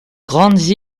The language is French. grandes